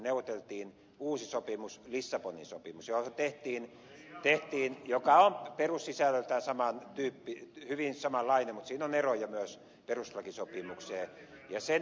neuvoteltiin uusi sopimus lissabonin sopimus joka on perussisällöltään hyvin samanlainen mutta jossa on myös eroja perustuslakisopimukseen